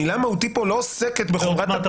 המילה "מהותי" פה לא עוסקת בחומרת הפגיעה.